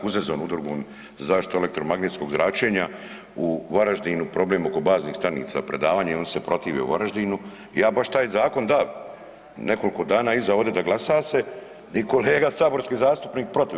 Udrugom za zaštitu elektromagnetskog zračenja u Varaždinu problem oko baznih stanica, predavanje i oni se protive u Varaždinu i ja baš taj zakon da nekoliko dana iza ovde da glasa se i kolega saborski zastupnik protiv.